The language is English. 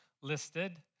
listed